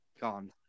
gone